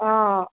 অঁ